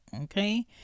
okay